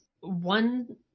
one